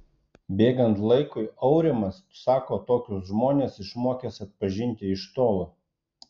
bėgant laikui aurimas sako tokius žmones išmokęs atpažinti iš tolo